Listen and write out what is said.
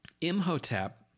imhotep